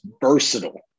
versatile